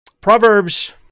Proverbs